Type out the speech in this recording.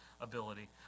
ability